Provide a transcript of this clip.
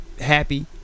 happy